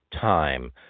time